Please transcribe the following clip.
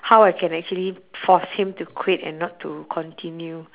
how I can actually force him to quit and not to continue